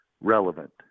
relevant